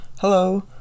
Hello